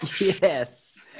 Yes